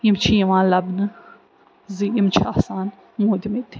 یِم چھِ یِوان لبنہٕ زِ یِم چھِ آسان موٗدِمٕتۍ